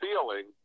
feeling